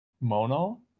mono